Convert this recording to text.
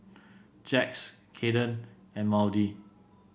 Jax Cayden and Maudie